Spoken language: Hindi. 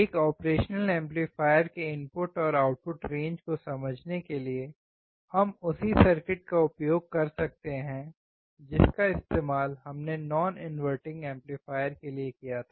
एक ऑपरेशनल एम्पलीफायर के इनपुट और आउटपुट रेंज को समझने के लिए हम उसी सर्किट का उपयोग कर सकते हैं जिसका इस्तेमाल हमने नॉन इनवर्टिंग एम्पलीफायर के लिए किया था